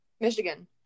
Michigan